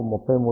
4 33